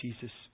Jesus